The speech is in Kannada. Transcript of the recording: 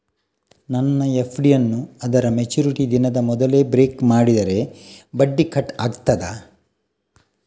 ನನ್ನ ಎಫ್.ಡಿ ಯನ್ನೂ ಅದರ ಮೆಚುರಿಟಿ ದಿನದ ಮೊದಲೇ ಬ್ರೇಕ್ ಮಾಡಿದರೆ ಬಡ್ಡಿ ಕಟ್ ಆಗ್ತದಾ?